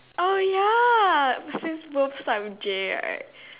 oh ya since both start with J right